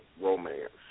romance